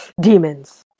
Demons